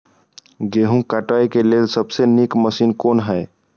गेहूँ काटय के लेल सबसे नीक मशीन कोन हय?